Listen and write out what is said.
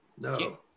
No